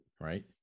right